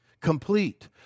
Complete